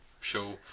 show